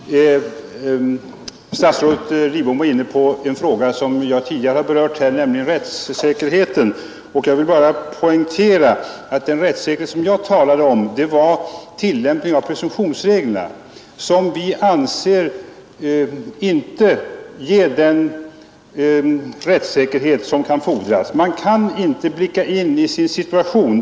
Fru talman! Statsrådet Lidbom var inne på en fråga som jag tidigare har berört här, nämligen rättssäkerheten. Jag vill bara poängtera att den rättssäkerhet som jag talade om gällde tillämpningen av presumtionsreglerna, som vi anser inte ger den rättssäkerhet som kan fordras. Man kan inte blicka in i sin situation.